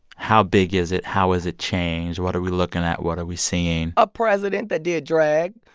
how big is it? how has it changed? what are we looking at? what are we seeing? a president that did drag,